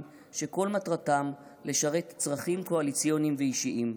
שכל מטרתם לשרת צרכים קואליציוניים ואישיים.